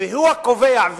והוא הקובע,